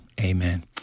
Amen